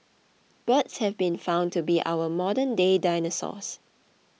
birds have been found to be our modernday dinosaurs